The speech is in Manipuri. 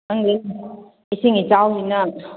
ꯈꯪꯗꯦ ꯏꯁꯤꯡ ꯏꯆꯥꯎꯁꯤꯅ